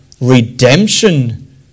redemption